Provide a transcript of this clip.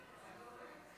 מתנגדים,